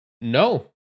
No